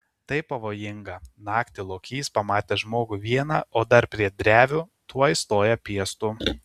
tai pavojinga naktį lokys pamatęs žmogų vieną o dar prie drevių tuoj stoja piestu